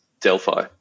Delphi